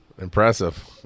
impressive